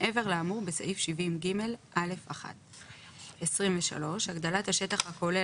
מעבר לאמור בסעיף 70ג(א)(1); הגדלת השטח הכולל